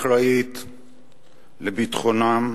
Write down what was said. אחראית לביטחונם,